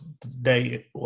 today